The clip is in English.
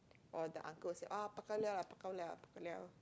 or the uncle will say ah bao-ka-liao lah bao-ka-liao bao-ka-liao